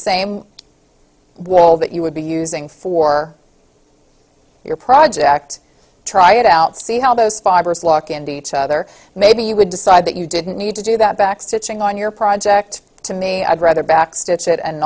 same wall that you would be using for your project try it out see how those fibers look into each other maybe you would decide that you didn't need to do that back stitching on your project to me i'd rather backstitch it and